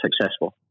successful